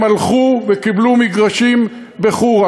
הם הלכו וקיבלו מגרשים בחורה,